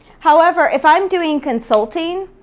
however, if i'm doing consulting,